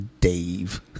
dave